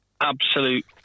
absolute